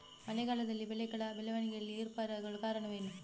ಮಳೆಗಾಲದಲ್ಲಿ ಬೆಳೆಗಳ ಬೆಳವಣಿಗೆಯಲ್ಲಿ ಏರುಪೇರಾಗಲು ಕಾರಣವೇನು?